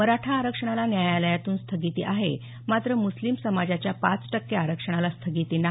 मराठा आरक्षणाला न्यायालयातून स्थगिती आहे मात्र मुस्लिम समाजाच्या पाच टक्के आरक्षणाला स्थगिती नाही